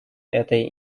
этой